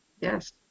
Yes